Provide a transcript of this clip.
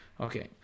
Okay